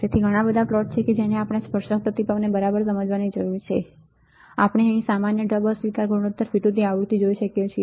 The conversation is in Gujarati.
તેથી ઘણા બધા પ્લોટ છે કે જેને આપણે સ્પર્શક પ્રતિભાવને બરાબર સમજવાની જરૂર છે આપણે અહીં સામાન્ય ઢબ અસ્વીકાર ગુણોત્તર વિરુદ્ધ આવૃતિ જોઈ શકીએ છીએ